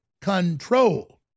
control